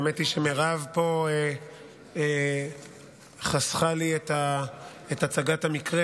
האמת היא שמירב פה חסכה לי את הצגת המקרה.